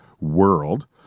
world